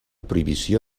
prohibició